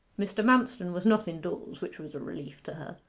mr. manston was not indoors, which was a relief to her.